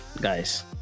guys